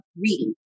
reading